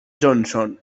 johnson